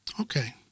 Okay